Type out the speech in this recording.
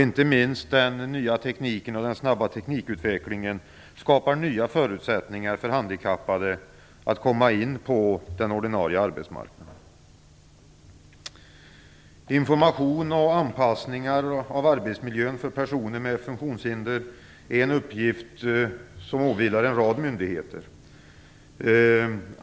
Inte minst den nya tekniken och den snabba teknikutvecklingen skapar nya förutsättningar för handikappade att komma in på den ordinarie arbetsmarknaden. Information och anpassningar av arbetsmiljön för personer med funktionshinder är en uppgift som åvilar en rad myndigheter.